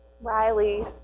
Riley